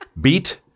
Beat